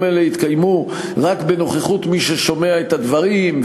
האלה יתקיימו רק בנוכחות מי ששומע את הדברים,